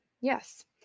yes